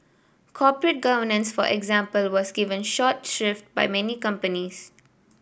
corporate governance for example was given short shrift by many companies